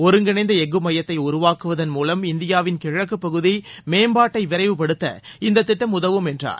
ஒருங்கிணைந்த எஃகு மையத்தை உருவாக்குவதன் மூவம் இந்தியாவின் கிழக்குப்பகுதி மேம்பாட்டை விரைவுப்படுத்த இந்தத் திட்டம் உதவும் என்றார்